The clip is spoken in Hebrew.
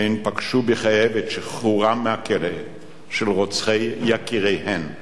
הן פגשו בכאב את שחרורם מהכלא של רוצחי יקיריהן,